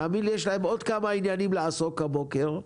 תאמין לי שיש להם עוד כמה עניינים לעסוק בהם הבוקר,